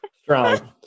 Strong